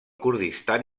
kurdistan